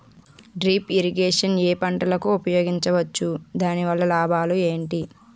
Drip irrigation ఏ పంటలకు ఉపయోగించవచ్చు? దాని వల్ల లాభాలు ఏంటి?